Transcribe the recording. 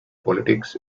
politics